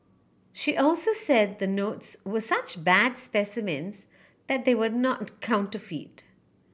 she also said the notes were such bad specimens that they were not counterfeit